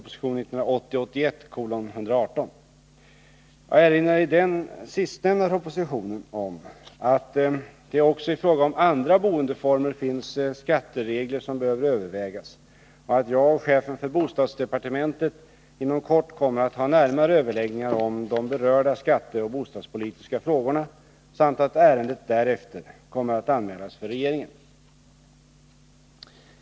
Jag erinrade i den sistnämnda propositionen om att det också i fråga om andra boendeformer finns skatteregler som behöver övervägas och att jag och chefen för bostadsdepartementet inom kort kommer att ha närmare överläggningar om de berörda skatteoch bostadspolitiska frågorna samt att ärendet därefter kommer att anmälas för regeringen.